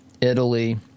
Italy